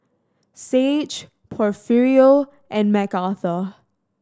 Saige Porfirio and Mcarthur